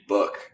Book